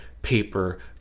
paper